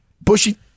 Bushy